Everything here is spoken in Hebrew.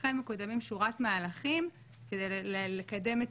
ואכן מקודמים שורת מהלכים כדי לקדם את